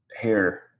hair